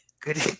Good